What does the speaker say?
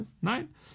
Nein